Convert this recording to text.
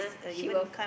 she will